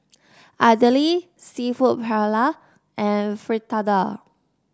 Idili seafood Paella and Fritada